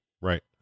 right